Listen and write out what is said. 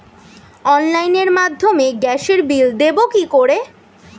অনলাইনের মাধ্যমে গ্যাসের বিল দেবো কি করে?